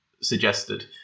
suggested